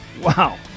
Wow